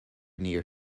near